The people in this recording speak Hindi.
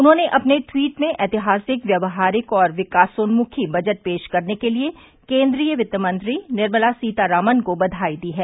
उन्होंने अपने टवीट में ऐतिहासिक व्यावहारिक और विकासोन्युखी बजट पेश करने के लिए केन्द्रीय वित्तमंत्री निर्मला सीतारामन को बधाई दी है